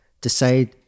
decide